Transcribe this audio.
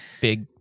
Big